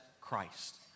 Christ